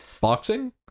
boxing